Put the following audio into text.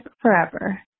forever